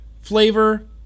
Flavor